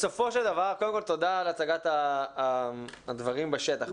קודם כל תודה על הצגת הדברים בשטח.